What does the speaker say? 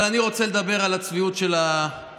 אבל אני רוצה לדבר על הצביעות של הקואליציה.